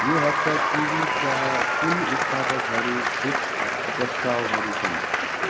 यो हप्ता किवीका कुन उत्पादकहरू छुट प्रस्तावहरू छन्